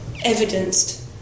evidenced